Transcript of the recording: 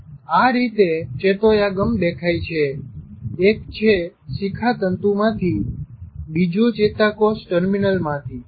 આ રીતે ચેતોયાગમ દેખાય છે - એક છે શિખાતંતુ માંથી બીજો ચેતાકોષ ટર્મિનલ માંથી છે